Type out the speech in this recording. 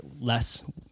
less